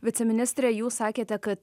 viceministre jūs sakėte kad